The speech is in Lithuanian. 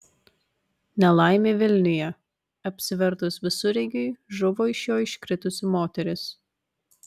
nelaimė vilniuje apsivertus visureigiui žuvo iš jo iškritusi moteris